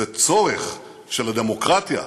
זה צורך של הדמוקרטיה.